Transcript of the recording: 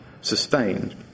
sustained